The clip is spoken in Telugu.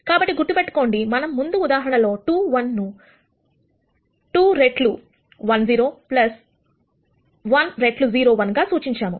కాబట్టి గుర్తుపెట్టుకోండి మనం ముందు ఉదాహరణలో 2 1 ను 2 రెట్లు 1 0 1 రెట్లు 0 1 గా సూచించాము